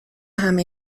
همه